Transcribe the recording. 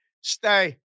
stay